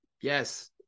Yes